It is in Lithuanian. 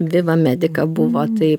viva medica buvo tai